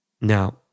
Now